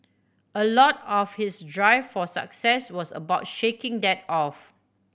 a lot of his drive for success was about shaking that off